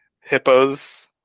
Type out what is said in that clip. hippos